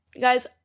guys